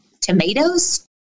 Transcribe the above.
tomatoes